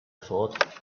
thought